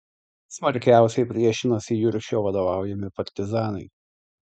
smarkiausiai priešinosi juršio vadovaujami partizanai